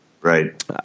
Right